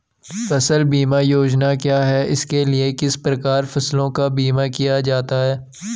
फ़सल बीमा योजना क्या है इसके लिए किस प्रकार फसलों का बीमा किया जाता है?